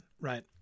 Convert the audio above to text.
right